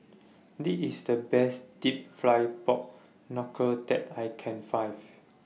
This IS The Best Deep Fried Pork Knuckle that I Can Find